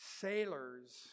sailors